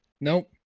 nope